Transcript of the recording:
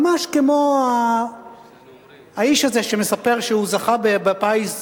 ממש כמו האיש הזה שמספר שהוא מילא כרטיס פיס